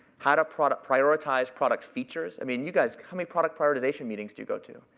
how to product-prioritize product features. i mean you guys, how many product prioritization meetings do you go to?